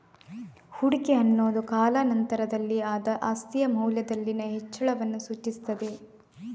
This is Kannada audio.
ಹೂಡಿಕೆ ಅನ್ನುದು ಕಾಲಾ ನಂತರದಲ್ಲಿ ಆದ ಆಸ್ತಿಯ ಮೌಲ್ಯದಲ್ಲಿನ ಹೆಚ್ಚಳವನ್ನ ಸೂಚಿಸ್ತದೆ